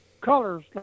colors